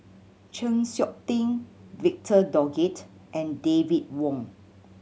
Chng Seok Tin Victor Doggett and David Wong